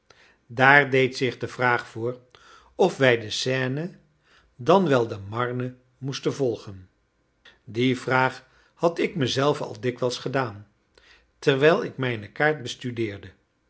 daar deed zich de vraag voor of wij de seine dan wel de marne moesten volgen die vraag had ik mezelven al dikwijls gedaan terwijl ik mijne kaart bestudeerde